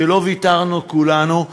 שלא ויתרנו כולנו,